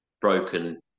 broken